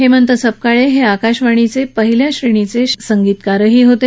हेमंत सपकाळे हे आकाशवाणीचे पहिल्या श्रेणीचे संगीतकारही होते